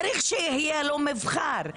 צריכים שיהיה להם מבחר,